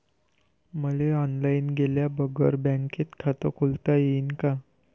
मले ऑनलाईन गेल्या बगर बँकेत खात खोलता येईन का?